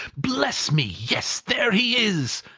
bless me, yes. there he is.